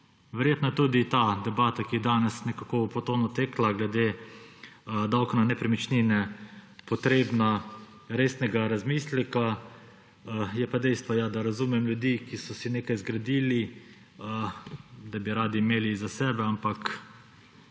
Verjetno je tudi ta debata, ki je danes po tonu tekla glede davka na nepremičnine, potrebna resnega razmisleka, je pa dejstvo, da razumem ljudi, ki so si nekaj zgradili, da bi radi imeli za sebe, ampak